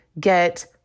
get